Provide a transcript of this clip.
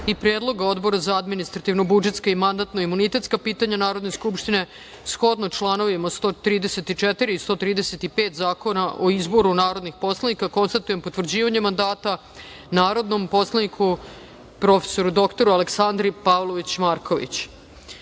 i predloga Odbora za administrativno-budžetska i mandatno-imunitetska pitanja Narodne skupštine, shodno članovima 134. i 135. Zakona o izboru narodnih poslanika, konstatujem potvrđivanje mandata narodnom poslaniku prof. dr Aleksandri Pavlović Marković. Pošto